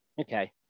Okay